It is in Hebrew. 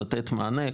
כדי לתת מענה,